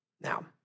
Now